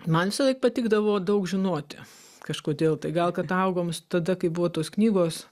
man visąlaik patikdavo daug žinoti kažkodėl tai gal kad augom tada kai buvo tos knygos